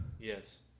Yes